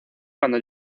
cuando